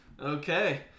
Okay